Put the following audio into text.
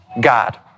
God